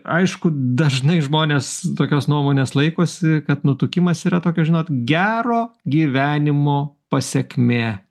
aišku dažnai žmonės tokios nuomonės laikosi kad nutukimas yra tokia žinot gero gyvenimo pasekmė